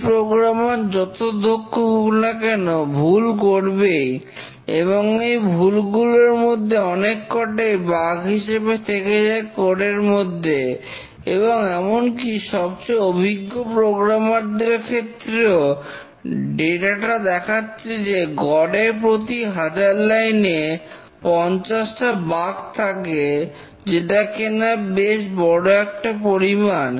যে প্রোগ্রামার যত দক্ষ হোক না কেন ভুল করবেই এবং এই ভুলগুলোর মধ্যে অনেক কটাই বাগ হিসেবে থেকে যায় কোড এর মধ্যে এবং এমনকি সবচেয়ে অভিজ্ঞ প্রোগ্রামারদের ক্ষেত্রেও ডেটাটা দেখাচ্ছে যে গড়ে প্রতি 1000 লাইনে পঞ্চাশটা বাগ থাকে যেটা কিনা বেশ বড় একটা পরিমাণ